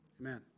Amen